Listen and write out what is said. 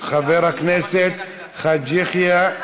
חבר הכנסת חאג' יחיא,